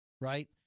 right